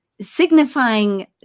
signifying